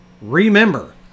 remember